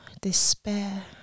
despair